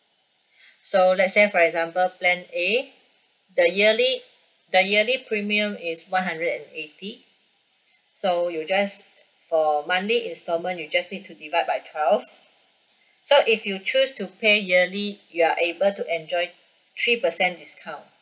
so let's say for example plan A the yearly the yearly premium is one hundred and eighty so you just for monthly instalment you just need to divide by twelve so if you choose to pay yearly you are able to enjoy three percent discount